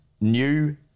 new